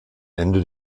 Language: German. ende